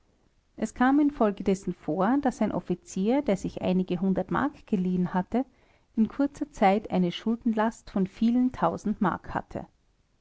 es kam infolgedessen vor daß ein offizier der sich einige hundert mark geliehen hatte in kurzer zeit eine schuldenlast von vielen tausend mark hatte